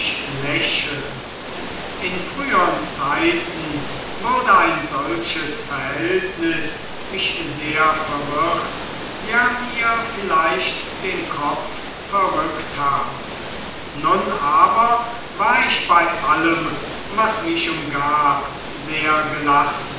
lächeln in frühern zeiten würde ein solches verhältnis mich sehr verwirrt ja mir vielleicht den kopf verrückt haben nun aber war ich bei allem was mich umgab sehr gelassen